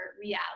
reality